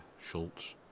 Schultz